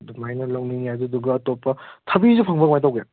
ꯑꯗꯨꯃꯥꯏꯅ ꯂꯧꯅꯤꯡꯉꯦ ꯑꯗꯨꯗꯨꯒ ꯑꯇꯣꯞꯄ ꯊꯕꯤꯁꯨ ꯐꯪꯕ꯭ꯔꯥ ꯀꯃꯥꯏꯅ ꯇꯧꯒꯦ